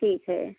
ठीक है